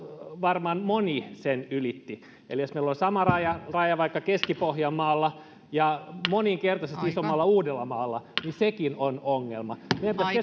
varmaan moni ylitti eli jos meillä on sama raja vaikka keski pohjanmaalla ja moninkertaisesti isommalla uudellamaalla niin sekin on ongelma meidän pitäisi